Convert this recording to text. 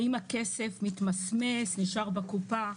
האם הכסף מתמסמס, נשאר בקופה?